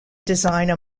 designer